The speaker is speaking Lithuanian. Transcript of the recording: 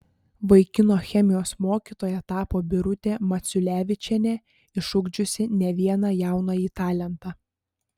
vaikino chemijos mokytoja tapo birutė maciulevičienė išugdžiusi ne vieną jaunąjį talentą